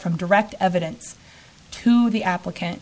from direct evidence to the applicant